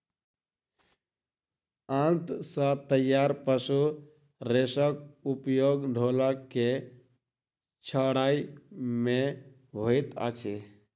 आंत सॅ तैयार पशु रेशाक उपयोग ढोलक के छाड़य मे होइत अछि